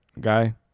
guy